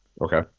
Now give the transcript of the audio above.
Okay